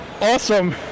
awesome